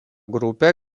grupė